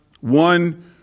one